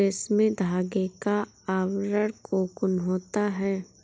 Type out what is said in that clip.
रेशमी धागे का आवरण कोकून होता है